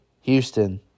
Houston